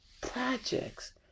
projects